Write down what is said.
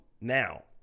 Now